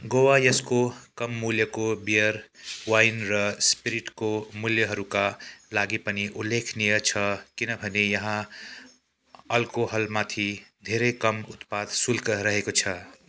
गोवा यसको कम मूल्यको बियर वाइन र स्पिरिटको मूल्यहरूका लागि पनि उल्लेखनीय छ किनभने यहाँ अल्कोहलमाथि धेरै कम उत्पाद शुल्क रहेको छ